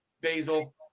Basil